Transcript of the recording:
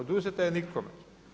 Oduzeta je nikome.